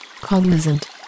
Cognizant